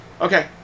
Okay